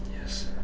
Yes